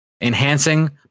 Enhancing